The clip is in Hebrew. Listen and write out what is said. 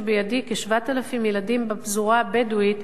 לכ-7,000 ילדים בפזורה הבדואית אין